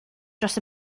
dros